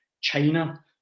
China